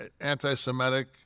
anti-Semitic